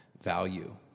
value